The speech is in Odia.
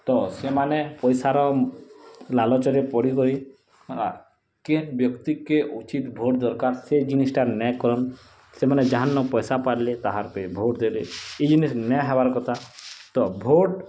ତ ସେମାନେ ପଇସାର ଲାଲଚରେ ପଡ଼ିକରି ହେଲା କେନ୍ ବ୍ୟକ୍ତିକେ ଉଚିତ୍ ଭୋଟ୍ ଦରକାର ସେ ଜିନିଷଟା ନେଇଁ କରନ୍ ସେମାନେ ଯାହାନୋ ପଇସା ପାଇଲେ ତାହାର୍ ପେ ଭୋଟ୍ ଦେଲେ ଏ ଜିନିଷ ନାଇଁ ହବାର୍ କଥା ତ ଭୋଟ୍